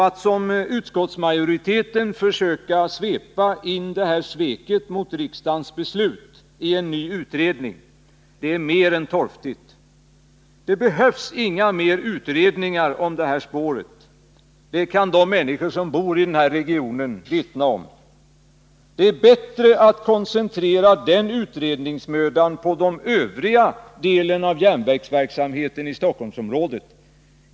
Att, såsom utskottsmajoriteten gör, försöka svepa in sveket mot riksdagens beslut i en ny utredning är mer än torftigt. Det behövs inte flera utredningar om det här spåret. Det kan de människor som bor i denna region vittna om. Det är bättre att koncentrera den utredningsmödan på den övriga delen av järnvägsverksamheten inom Stockholmsområdet.